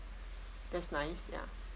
that's nice ya